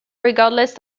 regardless